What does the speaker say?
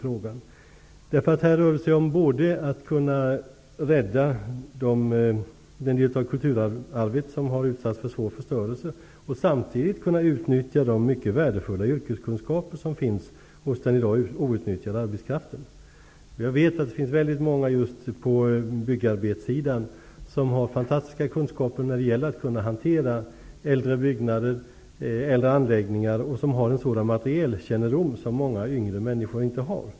Det rör sig nämligen om att man både skulle kunna rädda den del av kulturarvet som har utsatts för svår förstörelse och samtidigt utnyttja de mycket värdefulla yrkeskunskaper som finns hos den i dag outnyttjade arbetskraften. Jag vet att det finns många just på byggarbetssidan som har fantastiska kunskaper när det gäller att hantera äldre byggnader eller anläggningar. De har en materielkännedom som många yngre människor inte har.